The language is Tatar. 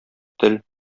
тел